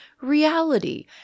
reality